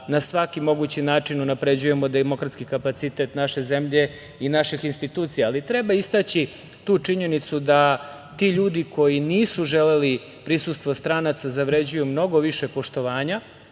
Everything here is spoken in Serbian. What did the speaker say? na svaki mogući način unapređujemo demokratski kapacitet naše zemlje i naših institucija. Treba istaći tu činjenicu da ti ljudi koji nisu želeli prisustvo stranaca zavređuju mnogo više poštovanja,